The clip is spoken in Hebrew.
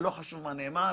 לא חשוב מה נאמר,